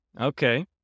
Okay